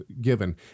given